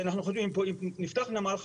אם נפתח נמל חדש,